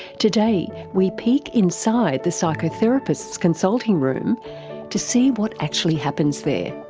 today we peek inside the psychotherapist's consulting room to see what actually happens there.